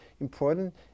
Important